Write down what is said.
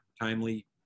timely